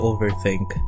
Overthink